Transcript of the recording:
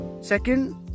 Second